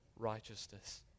Righteousness